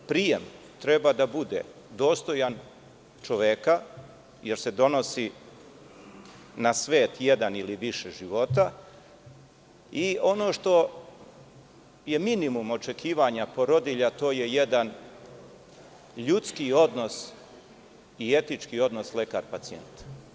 Prijem treba da bude dostojan čoveka, jer se donosi na svet jedan ili više života i ono što je minimum očekivanja porodilja, to je jedan ljudski odnos i etički odnos lekar – pacijent.